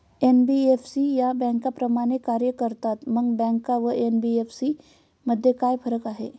NBFC या बँकांप्रमाणेच कार्य करतात, मग बँका व एन.बी.एफ.सी मध्ये काय फरक आहे?